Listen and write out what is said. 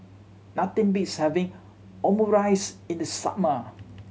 nothing beats having Omurice in the summer